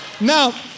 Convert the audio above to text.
Now